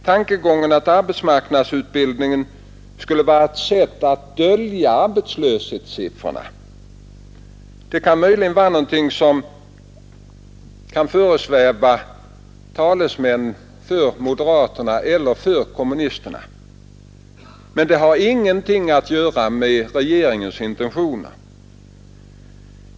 Tankegången att arbetsmarknadsutbildningen skulle vara ett sätt att dölja arbetslöshetssiffrorna kan möjligen vara någonting som föresvävar talesmän för moderaterna eller kommunisterna, men det har ingenting att göra med regeringens intentioner.